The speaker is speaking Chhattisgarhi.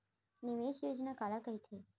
निवेश योजना काला कहिथे?